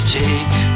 take